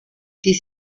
die